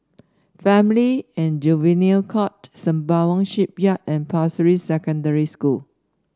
Family and Juvenile Court Sembawang Shipyard and Pasir Ris Secondary School